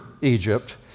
Egypt